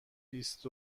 بیست